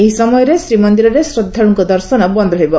ଏହି ସମୟରେ ଶ୍ରୀମନ୍ଦିରରେ ଶ୍ରଦ୍ଧାଳୁଙ୍କ ଦର୍ଶନ ବନ୍ଦ୍ ରହିବ